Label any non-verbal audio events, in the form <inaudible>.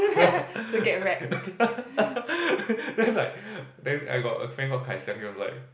<laughs> then like then I got a friend called Kai-Xiang he was like